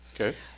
Okay